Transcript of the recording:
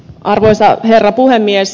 arvoisa herra puhemies